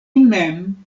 mem